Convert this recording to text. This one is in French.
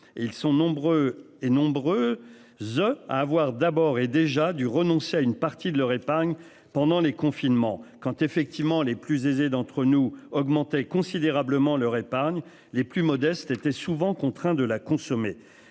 ils sont nombreux et nombreux The à avoir d'abord et déjà dû renoncer à une partie de leur épargne pendant les confinements, quand effectivement les plus aisés d'entre nous augmenter considérablement leur épargne les plus modestes étaient souvent contraints de la consommer.